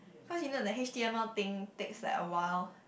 cause you know the H_T_M_L thing takes like a while